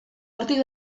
hortik